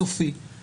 ונבצע את הדיון.